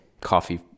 coffee